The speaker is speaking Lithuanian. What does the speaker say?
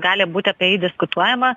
gali būti apie jį diskutuojama